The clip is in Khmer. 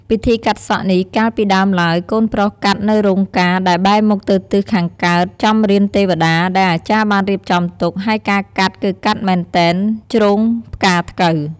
ពិធីកាត់សក់នេះកាលពីដើមឡើយ កូនប្រុសកាត់នៅរោងការដែលបែរមុខទៅទិសខាងកើតចំរានទេវតា ដែលអាចារ្យបានរៀបចំទុក ហើយការកាត់ គឺកាត់មែនទែន ជ្រងផ្កាថ្កូវ ។